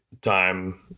time